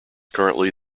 currently